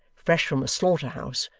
fresh from a slaughter-house,